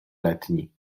letni